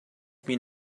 been